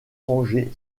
rangée